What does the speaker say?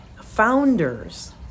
founders